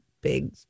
big